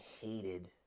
hated